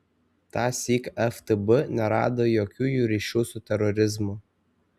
tąsyk ftb nerado jokių jų ryšių su terorizmu